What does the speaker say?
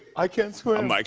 i can't swim. like